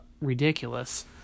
ridiculous